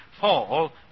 fall